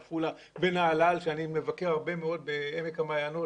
תושבי עפולה ונהלל ואני מבקר הרבה מאוד בעמק המעיינות